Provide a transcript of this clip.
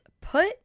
put